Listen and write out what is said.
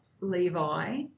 Levi